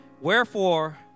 Wherefore